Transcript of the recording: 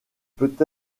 peut